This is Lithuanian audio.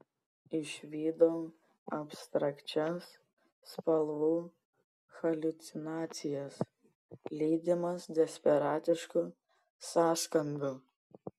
išvydau abstrakčias spalvų haliucinacijas lydimas desperatiškų sąskambių